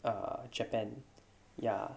err japan ya